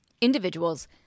individuals